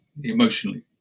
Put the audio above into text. emotionally